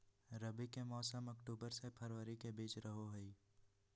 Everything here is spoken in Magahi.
रबी के मौसम अक्टूबर से फरवरी के बीच रहो हइ